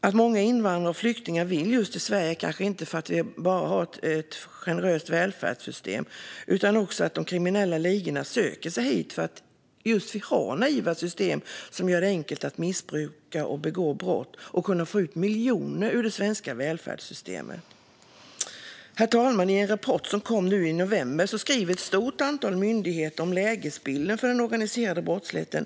Att många invandrare och flyktingar vill just till Sverige kanske inte är enbart för att vi har ett generöst välfärdssystem, utan de kriminella ligorna kanske söker sig hit för att vi har naiva system som det är enkelt att missbruka och begå brott i. Det går att få ut miljoner ur det svenska välfärdssystemet. Herr talman! I en rapport som kom nu i november skriver ett stort antal myndigheter om lägesbilden för den organiserade brottsligheten.